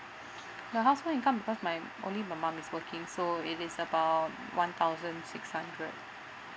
my household income because my only my mum is working so it is about one thousand six hundred